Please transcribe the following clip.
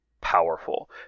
powerful